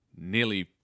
nearly